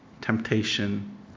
temptation